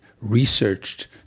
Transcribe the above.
researched